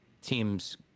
teams